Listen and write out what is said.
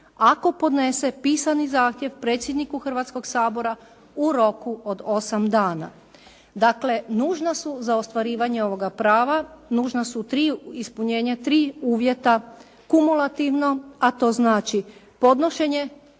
ako podnese pisani zahtjev predsjedniku Hrvatskoga sabora u roku od 8 dana. Dakle, nužna su za ostvarivanje ovoga prava, nužna su tri, ispunjenje tri uvjeta, kumulativno, a to znači podnošenje